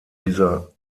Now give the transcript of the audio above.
dieser